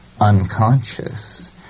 unconscious